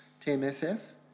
TMSS